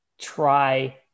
try